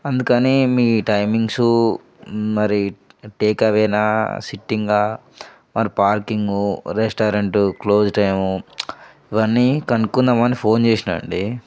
అందుకని మీ టైమింగ్సు మరి టేక్ అవేనా సిట్టింగా మరి పార్కింగు రెస్టారెంట్ క్లోజ్ టైము ఇవన్నీ కనుక్కుందామని ఫోన్ చేసినా అండి